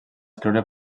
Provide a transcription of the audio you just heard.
escriure